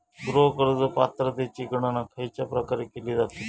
गृह कर्ज पात्रतेची गणना खयच्या प्रकारे केली जाते?